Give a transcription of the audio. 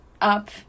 up